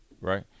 right